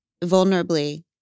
vulnerably